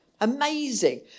Amazing